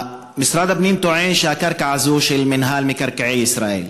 משרד הפנים טוען שהקרקע הזו היא של מינהל מקרקעי ישראל,